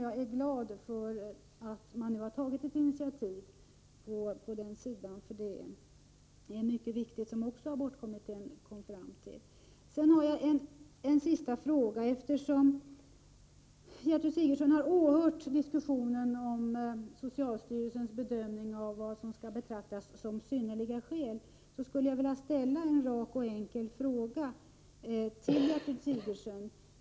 Jag är glad att man nu har tagit ett initiativ på det området — det är mycket viktigt; det kom också abortkommittén fram till. Jag har en sista fråga. Gertrud Sigurdsen har åhört diskussionen om socialstyrelsens bedömning av vad som skall betraktas som synnerliga skäl, och jag vill ställa en rak och enkel fråga om detta till Gertrud Sigurdsen.